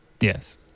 Yes